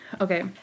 Okay